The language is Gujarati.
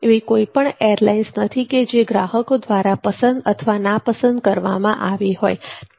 એવી કોઈપણ એરલાઇન્સ નથી કે જે ગ્રાહકો દ્વારા પસંદ અથવા નાપસંદ કરવામાં આવી હોય